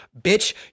bitch